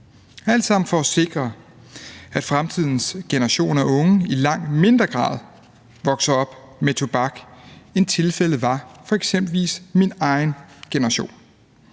for at sikre, at fremtidens generationer af unge i langt mindre grad vokser op med tobak, end tilfældet var for eksempelvis min egen generation.